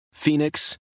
Phoenix